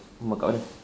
kat mana